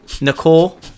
Nicole